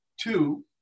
Two